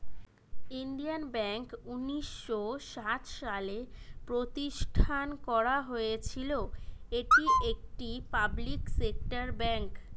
Indian Bank উনিশ শ সাত সালে প্রতিষ্ঠান করা হয়েছিল, এটি একটি পাবলিক সেক্টর বেঙ্ক